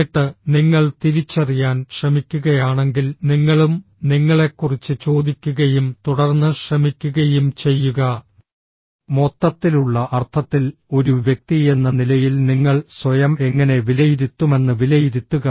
എന്നിട്ട് നിങ്ങൾ തിരിച്ചറിയാൻ ശ്രമിക്കുകയാണെങ്കിൽ നിങ്ങളും നിങ്ങളെക്കുറിച്ച് ചോദിക്കുകയും തുടർന്ന് ശ്രമിക്കുകയും ചെയ്യുക മൊത്തത്തിലുള്ള അർത്ഥത്തിൽ ഒരു വ്യക്തിയെന്ന നിലയിൽ നിങ്ങൾ സ്വയം എങ്ങനെ വിലയിരുത്തുമെന്ന് വിലയിരുത്തുക